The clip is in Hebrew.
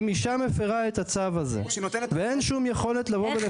אם אישה מפרה את הצו הזה ואין שום יכולת לבוא ולפקח עליה.